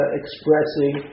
expressing